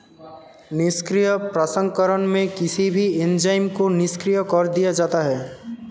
निष्क्रिय प्रसंस्करण में किसी भी एंजाइम को निष्क्रिय कर दिया जाता है